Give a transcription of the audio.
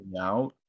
out